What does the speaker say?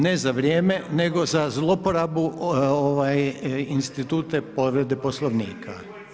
Ne za vrijeme, nego za zloporabu instituta povrede Poslovnika.